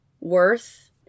worth